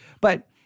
But-